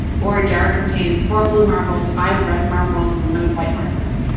or jar contains four blue marbles, five red marbles, and eleven white marbles.